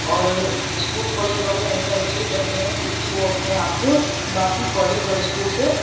اور school college والے ایسا اس لیے کرتے ہیں کیونکہ وہ اپنے آپ کو باقی کالج اور اسکول سے